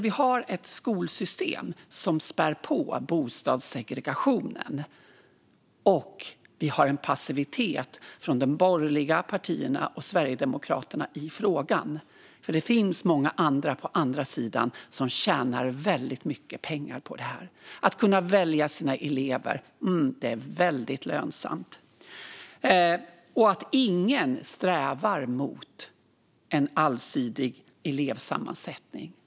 Vi har ett skolsystem som spär på bostadssegregationen, och vi har en passivitet från de borgerliga partierna och Sverigedemokraterna i frågan. På andra sidan finns det många som tjänar väldigt mycket pengar på det här. Att kunna välja sina elever är väldigt lönsamt. Ingen strävar mot en allsidig elevsammansättning.